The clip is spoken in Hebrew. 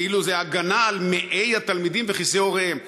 כאילו זו הגנה על מעי התלמידים וכיסי הוריהם,